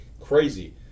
crazy